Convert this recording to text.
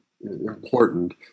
important